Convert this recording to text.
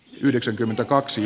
yhdeksänkymmentäkaksi